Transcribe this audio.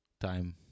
time